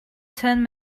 turn